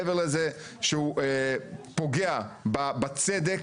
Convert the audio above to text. מעבר לזה שהוא פוגע בצדק,